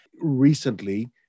recently